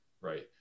Right